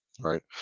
right